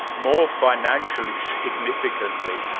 more financially significantly,